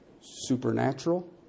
supernatural